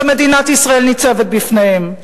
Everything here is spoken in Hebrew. שמדינת ישראל ניצבת בפניהם.